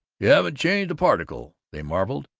you haven't changed a particle! they marveled.